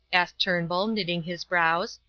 asked turnbull, knitting his brows.